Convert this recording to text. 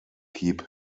keep